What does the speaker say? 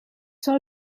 soll